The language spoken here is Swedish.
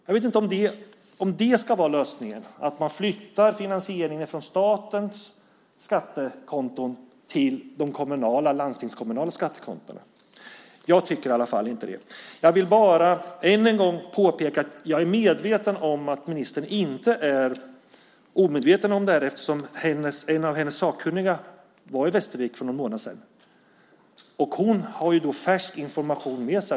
Jag vet inte om det ska vara lösningen, att man flyttar finansieringen från statens skattekonton till de kommunala och landstingskommunala skattekontona. Jag tycker i alla fall inte det. Jag vill bara än en gång påpeka att jag är medveten om att ministern inte är omedveten om det här eftersom en av hennes sakkunniga var i Västervik för någon månad sedan. Hon har ju då färsk information med sig.